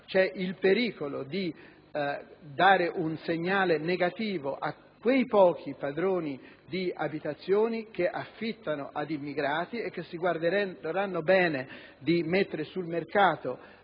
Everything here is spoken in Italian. c'è il pericolo di dare un segnale negativo a quei pochi proprietari di abitazioni che affittano ad immigrati e che si guarderanno bene dal metterle sul mercato